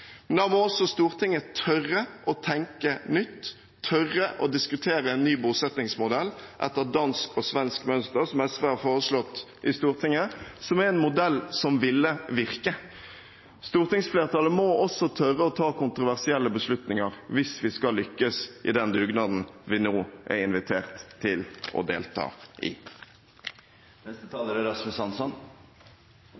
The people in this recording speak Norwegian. Men da må også Stortinget tørre å tenke nytt, tørre å diskutere en ny bosettingsmodell etter dansk og svensk mønster, som SV har foreslått i Stortinget, som er en modell som ville virke. Stortingsflertallet må også tørre å ta kontroversielle beslutninger, hvis vi skal lykkes i den dugnaden vi nå er invitert til å delta i.